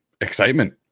excitement